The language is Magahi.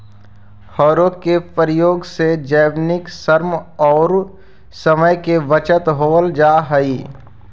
हौरो के प्रयोग से मानवीय श्रम औउर समय के बचत हो जा हई